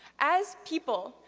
as people,